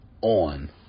on